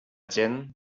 gent